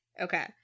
Okay